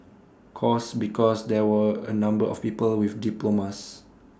course because there were A number of people with diplomas